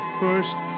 first